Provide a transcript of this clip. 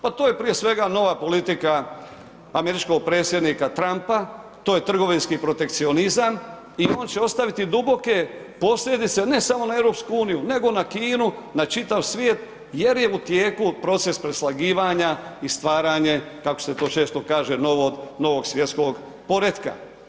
Pa to je prije svega nova politika američkog predsjednika Trumpa, to je trgovinski protekcionizam i on će ostaviti duboke posljedice ne samo na EU, nego na Kinu, na čitav svijet jer je u tijeku proces preslagivanja i stvaranje, kako se to često kaže Novog svjetskog poretka.